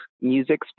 music